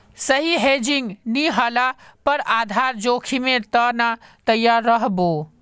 सही हेजिंग नी ह ल पर आधार जोखीमेर त न तैयार रह बो